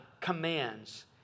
commands